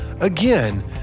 again